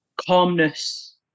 calmness